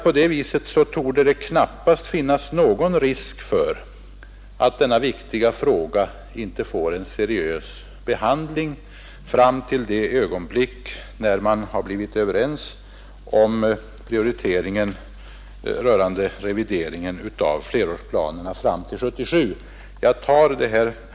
På det sättet torde det knappast finnas någon risk för att den viktiga frågan om Norrtäljevägen inte får en seriös behandling till dess när man har blivit överens om prioriteringen rörande revideringen av flerårsplanerna fram till 1977.